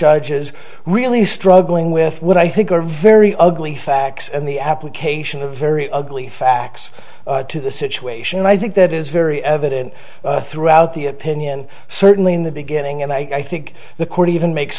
judge is really struggling with what i think are very ugly facts and the application of very ugly facts to the situation and i think that is very evident throughout the opinion certainly in the beginning and i think the court even make